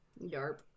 Yarp